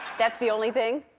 that's the only thing?